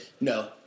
no